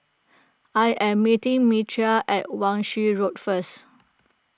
I am meeting Myrta at Wan Shih Road first